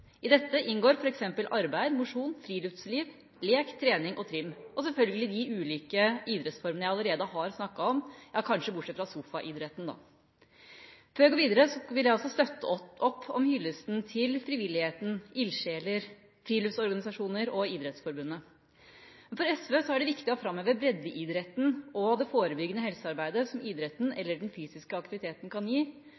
I dette inngår f.eks. arbeid, mosjon, friluftsliv, lek, trening og trim – og selvfølgelig de ulike idrettsformene jeg allerede har snakket om, ja, kanskje bortsett fra sofaidretten, da. Før jeg går videre vil jeg også støtte opp om hyllesten til frivilligheten, ildsjeler, friluftsorganisasjoner og Idrettsforbundet. For SV er det viktig å framheve breddeidretten og det forebyggende helsearbeidet som idretten